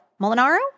Molinaro